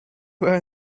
were